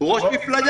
הוא ראש מפלגה.